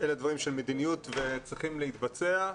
אלה דברים של מדיניות והם צריכים להתבצע.